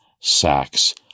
sacks